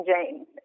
James